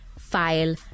file